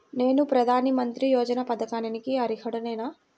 నేను ప్రధాని మంత్రి యోజన పథకానికి అర్హుడ నేన?